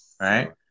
right